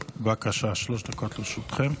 בבקשה, שלוש דקות לרשותך.